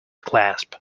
clasp